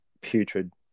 putrid